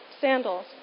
sandals